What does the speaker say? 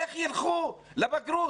איך ילכו לבגרות?